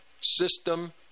system